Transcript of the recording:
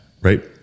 right